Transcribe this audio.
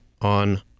on